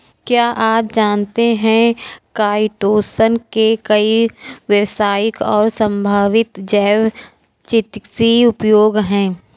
क्या आप जानते है काइटोसन के कई व्यावसायिक और संभावित जैव चिकित्सीय उपयोग हैं?